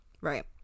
right